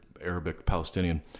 Arabic-Palestinian